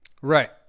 Right